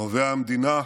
אוהבי המדינה,